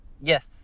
Yes